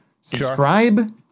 Subscribe